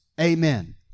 Amen